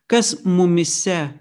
kas mumyse